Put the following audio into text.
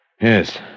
Yes